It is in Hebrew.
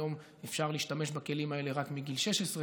היום אפשר להשתמש בכלים האלה רק מגיל 16,